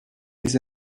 les